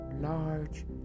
large